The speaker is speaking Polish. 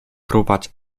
fruwać